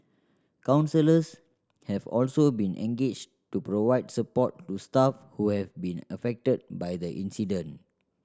counsellors have also been engaged to provide support to staff who have been affected by the incident